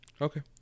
Okay